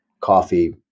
coffee